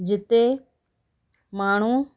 जिते माण्हू